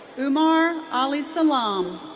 umar ali-salaam.